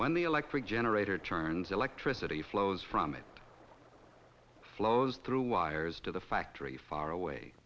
the electric generator turns electricity flows from it flows through wires to the factory far away